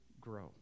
grow